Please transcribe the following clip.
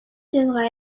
devra